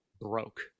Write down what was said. broke